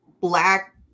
black